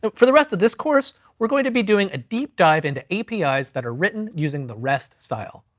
but for the rest of this course, we're going to be doing a deep dive into apis that are written using the rest style.